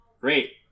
Great